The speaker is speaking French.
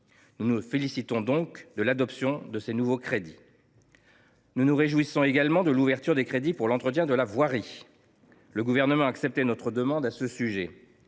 Nous nous félicitons donc de l’adoption de ces nouveaux crédits. Nous nous réjouissons, ensuite, de l’ouverture de crédits pour l’entretien de la voirie. Le Gouvernement a accepté notre demande à ce sujet.